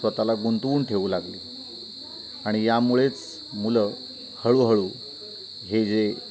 स्वतःला गुंतवून ठेवू लागली आणि यामुळेच मुलं हळूहळू हे जे